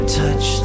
touch